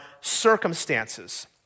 circumstances